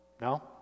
No